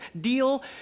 deal